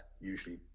usually